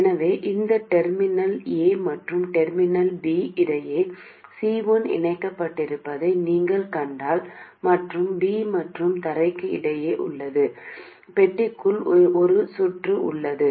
எனவே இந்த terminal A மற்றும் டெர்மினல் B இடையே C1 இணைக்கப்பட்டிருப்பதை நீங்கள் கண்டால் மற்றும் B மற்றும் தரைக்கு இடையே பெட்டிக்குள் ஒரு சுற்று உள்ளது